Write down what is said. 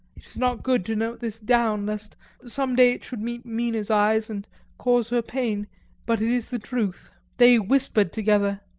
it is not good to note this down, lest some day it should meet mina's eyes and cause her pain but it is the truth. they whispered together,